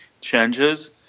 changes